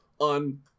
on